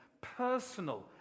personal